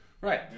Right